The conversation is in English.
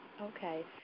Okay